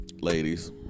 ladies